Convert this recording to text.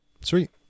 Sweet